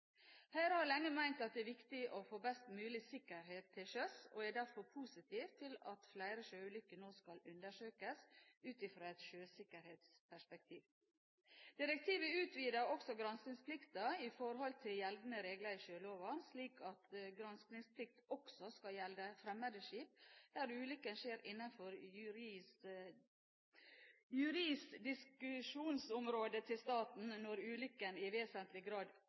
har lenge ment at det er viktig å få best mulig sikkerhet til sjøs, og er derfor positiv til at flere sjøulykker nå skal undersøkes ut fra et sjøsikkerhetsperspektiv. Direktivet utvider også granskingsplikten i forhold til gjeldende regler i sjøloven, slik at granskingsplikt også skal gjelde fremmede skip der ulykken skjer innenfor jurisdiksjonsområdet til staten, og når ulykken i vesentlig grad